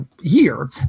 year